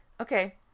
Okay